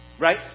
right